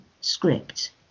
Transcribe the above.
script